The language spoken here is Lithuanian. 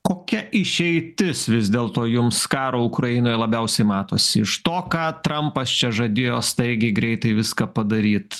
kokia išeitis vis dėlto jums karo ukrainoj labiausiai matosi iš to ką trampas čia žadėjo staigiai greitai viską padaryt